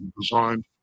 designed